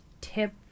tip